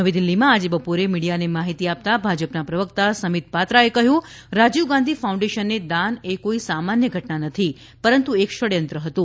નવી દિલ્હીમાં આજે બપોરે મીડિયાને માહિતી આપતાં ભાજપના પ્રવક્તા સંબિત પાત્રાએ કહ્યું કે રાજીવ ગાંધી ફાઉન્ડેશનને દાન એ કોઈ સામાન્ય ઘટના નથી પરંતુ એક ષડયંત્ર હતું